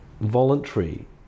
voluntary